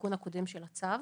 בתיקון הקודם של הצו.